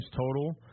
total